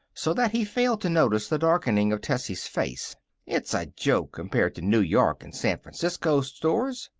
so that he failed to notice the darkening of tessie's face it's a joke compared to new york and san francisco stores.